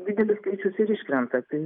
didelis skaičius ir iškrenta tai